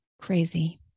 crazy